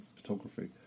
photography